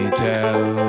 tell